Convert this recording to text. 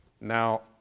now